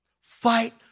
fight